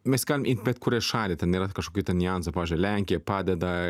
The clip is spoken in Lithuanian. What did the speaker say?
mes galim imt bet kurią šalį ten yra kažkokie niuansai pavyzdžiui lenkija padeda